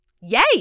Yay